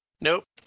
Nope